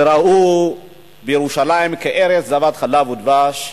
ובמידה רבה ראו בירושלים ארץ זבת חלב ודבש,